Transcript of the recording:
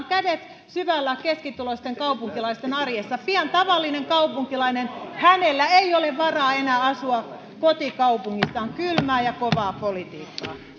kädet syvällä keskituloisten kaupunkilaisten arjessa pian tavallisella kaupunkilaisella ei ole varaa enää asua kotikaupungissaan kylmää ja kovaa politiikkaa